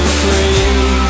free